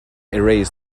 erase